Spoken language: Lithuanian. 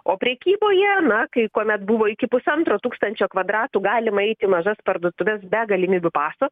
o prekyboje na kai kuomet buvo iki pusantro tūkstančio kvadratų galima eiti į mažas parduotuves be galimybių paso